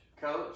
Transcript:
Coach